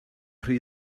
rhy